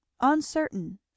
uncertain